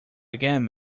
again